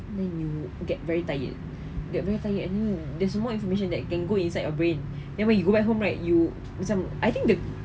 then you get very tired get very tired and you there's more information that can go inside your brain then when you go back home right you macam I think the